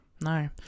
No